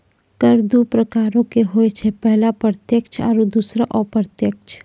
कर दु प्रकारो के होय छै, पहिला प्रत्यक्ष आरु दोसरो अप्रत्यक्ष